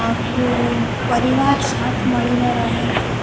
આખો પરિવાર સાથ મળીને રહે છે